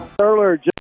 Earlier